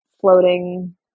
floating